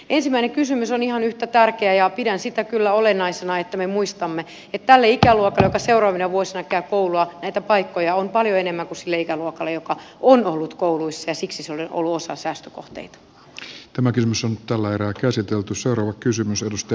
ensimmäinen kysymys on ihan yhtä tärkeä ja pidän sitä kyllä olennaisena että me muistamme että tälle ikäluokalle joka seuraavina vuosina käy koulua näitä paikkoja on paljon enemmän kuin sille ikäluokalle joka on ollut kouluissa ja siksi se on ollut osa säästökohteita